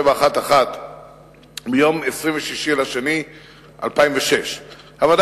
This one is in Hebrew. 4711 מיום 26 בפברואר 2006. הוועדה